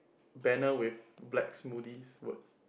banner with black smoothies words